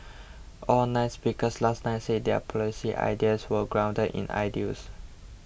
all nine speakers last night said their policy ideas were grounded in ideals